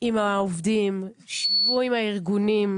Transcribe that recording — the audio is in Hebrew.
עם העובדים, שבו עם הארגונים.